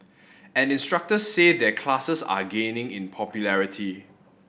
and instructors say their classes are gaining in popularity